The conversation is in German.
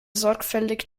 sorgfältig